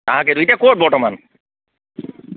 তাকে এতিয়া ক'ত বৰ্তমান